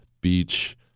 Beach